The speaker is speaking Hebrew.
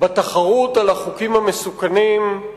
בתחרות על החוקים המסוכנים,